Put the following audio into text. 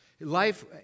Life